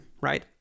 right